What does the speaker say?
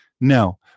no